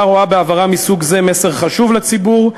הממשלה רואה בהבהרה מסוג זה מסר חשוב לציבור,